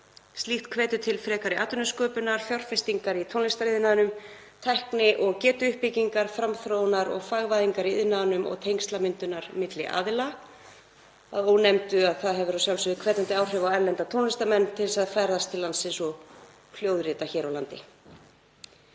Slíkt hvetur til frekari atvinnusköpunar, fjárfestingar í tónlistariðnaðinum, tækni- og getuuppbyggingar, framþróunar og hagræðingar í iðnaðinum og tengslamyndunar milli aðila, að því ónefndu að það hefur að sjálfsögðu hvetjandi áhrif á erlenda tónlistarmenn til að ferðast til landsins og hljóðrita hér á landi.